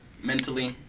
mentally